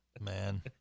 Man